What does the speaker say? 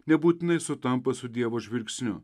nebūtinai sutampa su dievo žvilgsniu